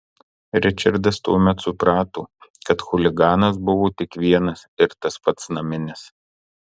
ričardas tuomet suprato kad chuliganas buvo tik vienas ir tas pats naminis